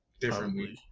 differently